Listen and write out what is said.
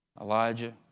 Elijah